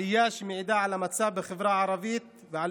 עלייה שמעידה על המצב בחברה הערבית ועל